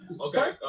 Okay